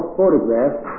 photographs